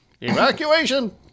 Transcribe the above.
Evacuation